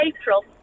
April